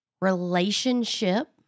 relationship